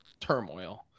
turmoil